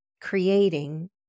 creating